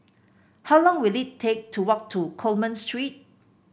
how long will it take to walk to Coleman Street